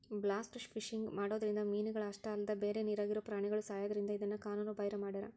blast fishing ಮಾಡೋದ್ರಿಂದ ಮೇನಗಳ ಅಷ್ಟ ಅಲ್ಲದ ಬ್ಯಾರೆ ನೇರಾಗಿರೋ ಪ್ರಾಣಿಗಳು ಸಾಯೋದ್ರಿಂದ ಇದನ್ನ ಕಾನೂನು ಬಾಹಿರ ಮಾಡ್ಯಾರ